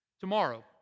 tomorrow